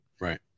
Right